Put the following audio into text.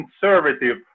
conservative